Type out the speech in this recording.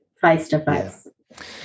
face-to-face